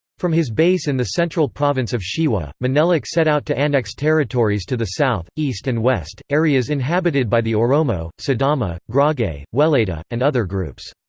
from his base in the central province of shewa, menelik set out to annex territories to the south, east and west, areas inhabited by the oromo, sidama, gurage, welayta, and other groups.